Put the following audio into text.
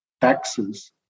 taxes